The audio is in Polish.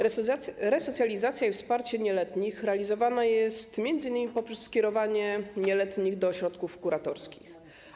Resocjalizacja i wsparcie nieletnich realizowane są m.in. poprzez skierowanie nieletnich do ośrodków kuratorskich.